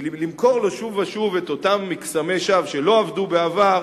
כי למכור לו שוב ושוב את אותם מקסמי שווא שלא עבדו בעבר,